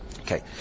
Okay